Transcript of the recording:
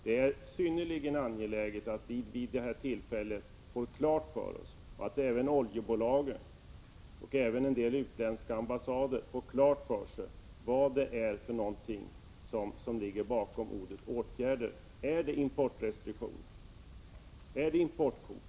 Det är synnerligen angeläget att vi, liksom oljebolagen och även en del utländska ambassader, genom dagens debatt får klargjort vad det är för någonting som ligger bakom ordet åtgärder. Är det importrestriktioner? Är det importkvoter?